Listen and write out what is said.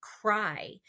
cry